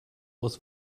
was